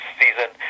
season